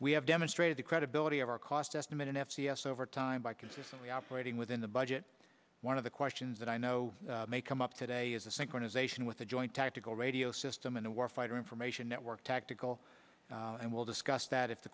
we have demonstrated the credibility of our cost estimate in f c s over time by consistently operating within the budget one of the questions that i know may come up today is a synchronization with the joint tactical radio system in the war fighter information network tactical and we'll discuss that if the